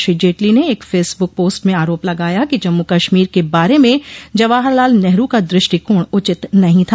श्री जेटली ने एक Facebook post में आरोप लगाया कि जम्मू कश्मीर के बारे में जवाहर लाल नेहरू का दृष्टिकोण उचित नहीं था